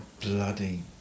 bloody